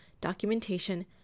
documentation